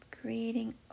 creating